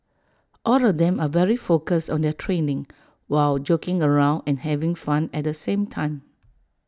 all of them are very focused on their training while joking around and having fun at the same time